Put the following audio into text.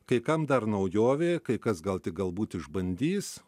kai kam dar naujovė kai kas gal tik galbūt išbandys